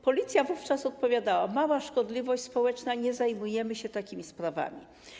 Policja wówczas odpowiadała: mała szkodliwość społeczna, nie zajmujemy się takimi sprawami.